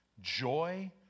Joy